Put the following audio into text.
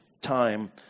time